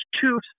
two